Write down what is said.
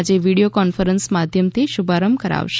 આજે video conference માધ્યમથી શુભારંભ કરાવશે